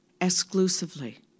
exclusively